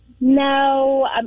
no